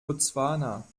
botswana